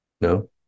No